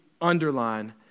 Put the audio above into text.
underline